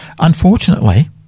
unfortunately